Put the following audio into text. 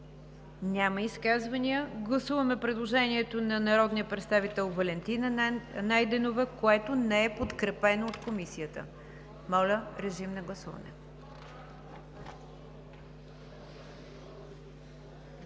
Няма изказвания. Гласуваме предложението на народния представител Валентина Найденова, което не е подкрепено от Комисията. Гласували